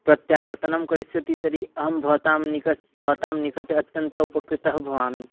प्रत्यावर्तनं करिष्यति तर्हि अहं भवतां निकटं भवतां निकटम् अत्यन्तम् उपकृतः भवामि